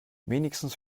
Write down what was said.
wenigstens